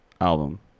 Album